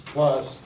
Plus